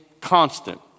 constant